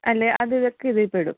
അല്ല അതിതൊക്കെ ഇതിൽപ്പെടും